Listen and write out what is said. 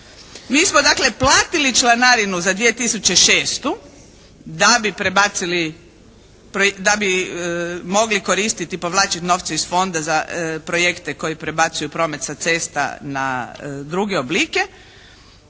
Mi smo dakle platili članarinu za 2006. da bi prebacili, da bi mogli koristiti, povlačim, novce iz fonda za projekte koji prebacuju promet sa cesta na druge oblike,